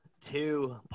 two